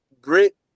grit